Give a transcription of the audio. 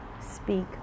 speak